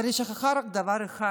אבל היא שכחה רק דבר אחד.